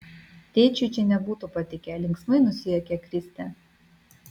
tėčiui čia nebūtų patikę linksmai nusijuokė kristė